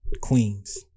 Queens